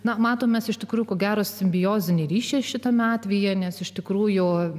na matomės iš tikrųjų ko gero simbiozinį ryšį šitame atvejyje nes iš tikrųjų